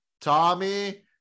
Tommy